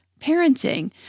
parenting